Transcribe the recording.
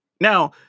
Now